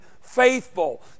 faithful